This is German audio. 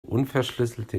unverschlüsselte